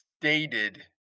stated